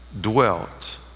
dwelt